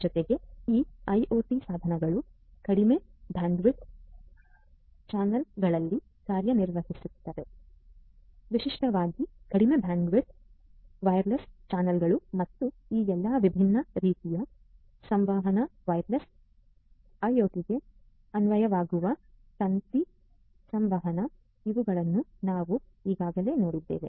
ಜೊತೆಗೆ ಈ ಐಒಟಿ ಸಾಧನಗಳು ಕಡಿಮೆ ಬ್ಯಾಂಡ್ವಿಡ್ತ್ ಚಾನಲ್ಗಳಲ್ಲಿ ಕಾರ್ಯನಿರ್ವಹಿಸುತ್ತವೆ ವಿಶಿಷ್ಟವಾಗಿ ಕಡಿಮೆ ಬ್ಯಾಂಡ್ವಿಡ್ತ್ ವೈರ್ಲೆಸ್ ಚಾನಲ್ಗಳು ಮತ್ತು ಈ ಎಲ್ಲಾ ವಿಭಿನ್ನ ರೀತಿಯ ಸಂವಹನ ವೈರ್ಲೆಸ್ ಸಂವಹನ ಐಒಟಿಗೆ ಅನ್ವಯವಾಗುವ ತಂತಿ ಸಂವಹನ ಇವುಗಳನ್ನು ನಾವು ಈಗಾಗಲೇ ನೋಡಿದ್ದೇವೆ